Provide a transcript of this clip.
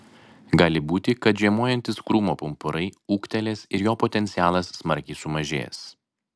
gali būti kad žiemojantys krūmo pumpurai ūgtelės ir jo potencialas smarkiai sumažės